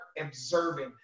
observing